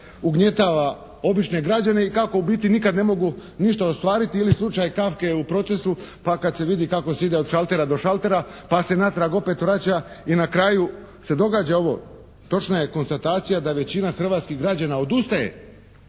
ugnjetava obične građane i kako u biti nikad ne mogu ništa ostvariti ili slučaj Kafke u "Procesu" pa kad se vidi kako se ide od šaltera do šaltera pa se natrag opet vraća i na kraju se događa ovo. Točna je konstatacija da većina hrvatskih građana odustaje,